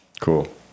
Cool